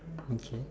okay